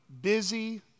busy